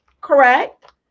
correct